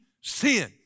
sin